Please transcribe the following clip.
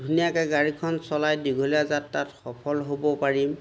ধুনীয়াকৈ গাড়ীখন চলাই দীঘলীয়া যাত্ৰাত সফল হ'ব পাৰিম